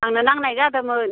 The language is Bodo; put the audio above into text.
आंनो नांनाय जादोंमोन